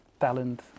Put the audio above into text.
talent